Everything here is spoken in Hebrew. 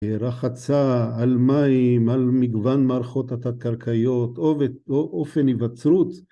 רחצה על מים, על מגוון מערכות התת-קרקעיות, או אופן היווצרות.